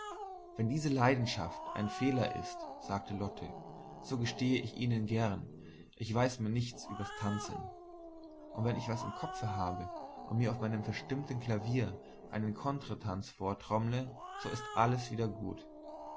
wenn diese leidenschaft ein fehler ist sagte lotte so gestehe ich ihnen gern ich weiß mir nichts übers tanzen und wenn ich was im kopfe habe und mir auf meinem verstimmten klavier einen contretanz vortrommle so ist alles wieder gut